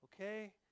okay